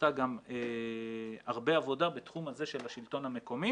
שעשתה גם הרבה עבודה בתחום הזה של השלטון המקומי,